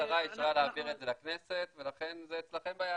--- השרה אישרה להעביר את זה לכנסת ולכן זה אצלכם ביד,